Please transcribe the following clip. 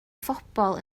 phobl